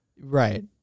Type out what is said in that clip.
Right